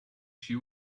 she